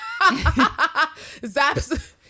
Zaps